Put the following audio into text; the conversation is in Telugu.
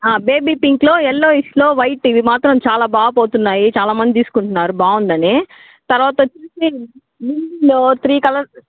బేబీ పింక్లో ఎల్లోయిష్లో వైట్ ఇవి మాత్రం చాలా బాగా పోతున్నాయి చాలా మంది తీసుకుంటున్నారు బాగుందని తర్వాత వచ్చేసి త్రీ కలర్స్